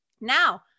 Now